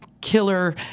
killer